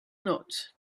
note